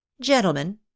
Gentlemen